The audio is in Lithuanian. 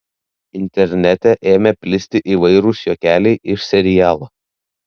internete ėmė plisti įvairūs juokeliai iš serialo